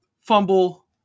Fumble